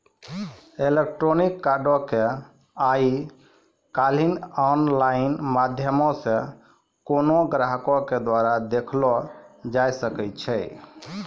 electronic कार्डो के आइ काल्हि आनलाइन माध्यमो से कोनो ग्राहको के द्वारा देखलो जाय सकै छै